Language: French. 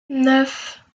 neuf